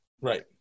Right